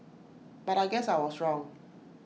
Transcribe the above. but I guess I was wrong